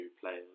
players